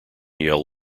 yale